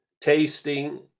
tasting